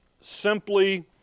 simply